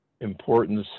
importance